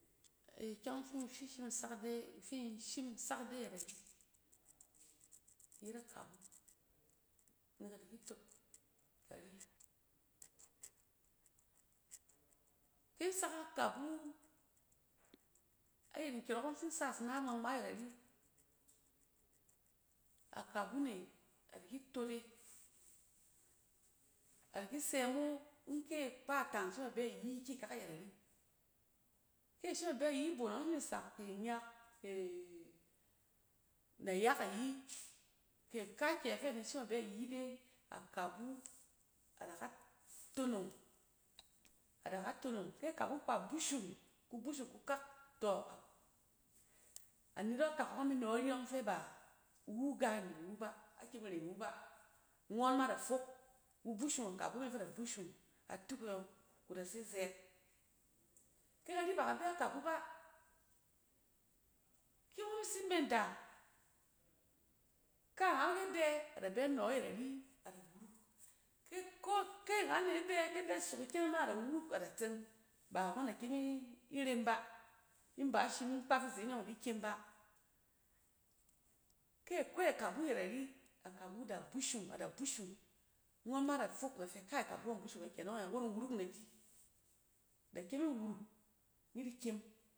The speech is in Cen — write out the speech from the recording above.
Ikyɛng ↄng fi finn shim sak ide, fi in shim in sak ide ayɛt ari, yet akabu nek adi ki toot kari. Ki isak akabu, ayit nkyↄrↄk ↄng fi in sas ina ngma-ngma ayɛt ari akabu ne adi ki tot e. A diki sɛ mo in kyɛ akpatang shim bɛ yi ikyɛng kak ayɛt ari. kɛ shim a bɛ ayi ibon nↄng fi ini sak ke inyak ke nayak ayik ke kaakyɛ fɛ net shim abɛ yi dai, akabu ad aka tonong, ad aka tonong. Kɛ akabu kpa bushim kubushum kuka, tↄ anet akak ↄng ami nↄ ari yↄng fɛ ba iwu gane niwu ba, akyem aren wu ba. Ngↄn ma da fok kugbushum akabu me fɛ ada gbushum atak e yↄng ku da se zɛɛt. Kɛ kari b aka bɛ akabu ba, ki ngↄn mi tsi menda, ka angan kɛ bɛ, ada bɛ nↄ ayɛt aria da wuruk. Ke keke angan ne bɛ, ke bɛ sok ikyɛng e ma ada wuruk ada tseng, ba ngↄn da kyem iren ba in ba ishiming kpaf nizen e ↄng idi kyem.